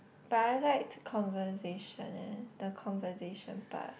but I like the conversation eh the conversation part